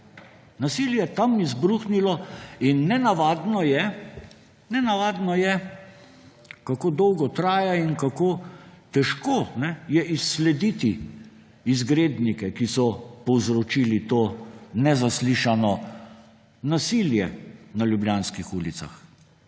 Nasilje je tam izbruhnilo. Nenavadno je, nenavadno je, kako dolgo traja in kako težko je izslediti izgrednike, ki so povzročili to nezaslišano nasilje na ljubljanskih ulicah,